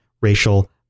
racial